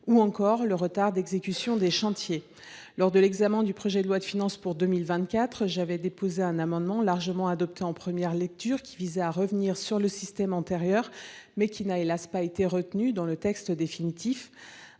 ou encore du retard d’exécution des chantiers. Lors de l’examen du projet de loi de finances pour 2024, j’avais déposé un amendement, largement adopté en première lecture, qui visait à revenir au système antérieur. Il n’a malheureusement pas été retenu dans le texte définitif.